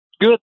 good